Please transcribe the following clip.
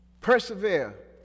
persevere